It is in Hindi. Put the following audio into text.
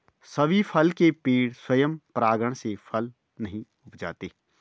सभी फल के पेड़ स्वयं परागण से फल नहीं उपजाते